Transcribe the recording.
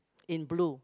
in blue